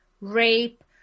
rape